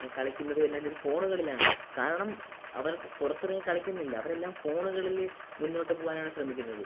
ഈ കളിക്കുന്നതും എല്ലാം ചെയ്യുന്നതും ഫോണുകളിലാണ് കാരണം അവർ പുറത്തിറങ്ങി കളിക്കുന്നില്ല അവരെല്ലാം ഫോണുകളിൽ മുന്നോട്ട് പോവാനാണ് ശ്രമിക്കുന്നത്